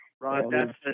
Rod